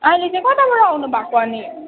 अहिले चाहिँ कताबाट आउनुभएको अनि